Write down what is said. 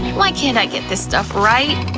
why can't i get this stuff right?